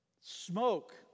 Smoke